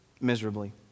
Miserably